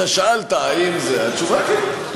אתה שאלת האם זה, והתשובה היא כן.